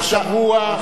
בתוך שבוע,